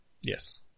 Yes